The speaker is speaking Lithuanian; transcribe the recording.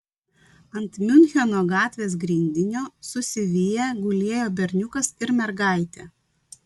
ant miuncheno gatvės grindinio susiviję gulėjo berniukas ir mergaitė